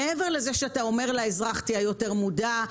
מעבר לזה שאתה אומר לאזרח: תהיה יותר מודע,